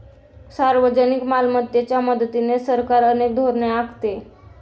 सार्वजनिक मालमत्तेच्या मदतीने सरकार अनेक धोरणे आखते